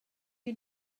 you